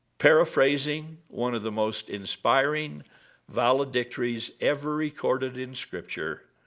paraphrasing one of the most inspiring valedictories ever recorded in scripture,